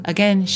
Again